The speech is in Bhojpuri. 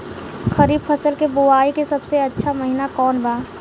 खरीफ फसल के बोआई के सबसे अच्छा महिना कौन बा?